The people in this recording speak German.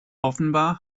offenbar